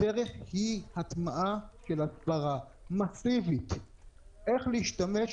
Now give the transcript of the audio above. הדרך היא הטמעה של הסברה מסיבית איך להשתמש,